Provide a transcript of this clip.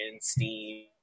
Steam